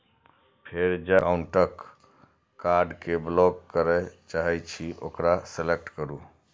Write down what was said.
फेर जाहि एकाउंटक कार्ड कें ब्लॉक करय चाहे छी ओकरा सेलेक्ट करू